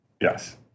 Yes